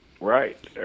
Right